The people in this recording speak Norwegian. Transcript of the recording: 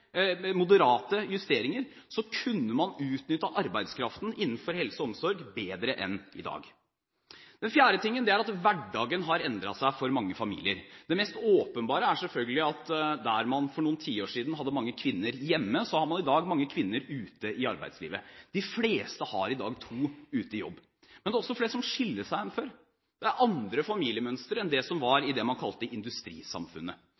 moderate justeringer – kunne man utnyttet arbeidskraften innenfor helse og omsorg bedre enn i dag. Det fjerde er at hverdagen har endret seg for mange familier. Det mest åpenbare er selvfølgelig at der man for noen tiår siden hadde mange kvinner hjemme, har man i dag kvinner ute i arbeidslivet. De fleste familier har i dag to ute i jobb. Men det er også flere som skiller seg enn før. Det er andre familiemønstre enn det